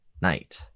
night